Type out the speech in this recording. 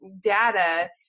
data